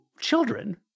children